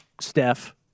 Steph